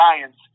science